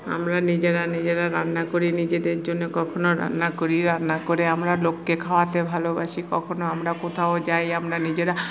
আমরা নিজেরা নিজেরা রান্না করি নিজেদের জন্য কখনো রান্না করি রান্না করে আমরা লোককে খাওয়াতে ভালোবাসি কখনো আমরা কোথাও যাই আমরা নিজেরা